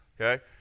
okay